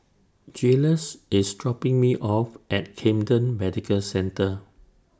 Jiles IS dropping Me off At Camden Medical Centre